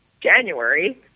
January